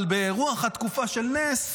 אבל ברוח תקופת הנס,